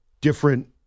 different